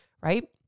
right